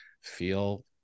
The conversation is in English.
feel